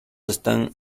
están